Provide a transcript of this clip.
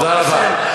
תודה רבה.